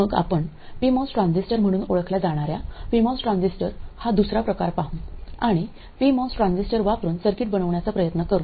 मग आपण PMOS transistor म्हणून ओळखल्या जाणार्या पीमॉस ट्रान्झिस्टर हा दुसरा प्रकार पाहू आणि पीमॉस ट्रान्झिस्टर वापरून सर्किट बनवण्याचा प्रयत्न करू